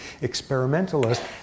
experimentalist